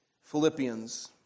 Philippians